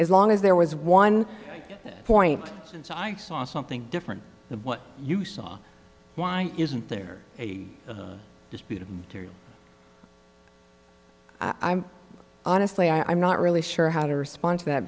as long as there was one point since i saw something different than what you saw why isn't there a dispute i'm honestly i'm not really sure how to respond to that